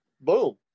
boom